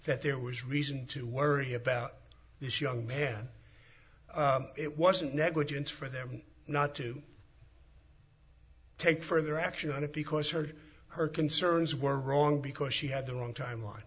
that there was reason to worry about this young man it wasn't negligence for them not to take further action on it because her her concerns were wrong because she had the wrong timeline